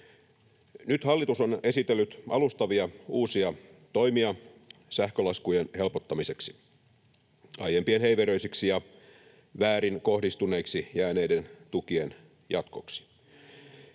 Nyt hallitus on esitellyt alustavia uusia toimia sähkölaskujen helpottamiseksi aiempien heiveröisiksi ja väärin kohdistuneiksi jääneiden tukien jatkoksi.